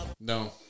No